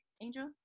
Angel